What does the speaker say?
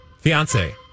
Fiance